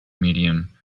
medium